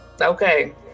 okay